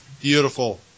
Beautiful